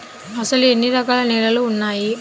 అసలు ఎన్ని రకాల నేలలు వున్నాయి?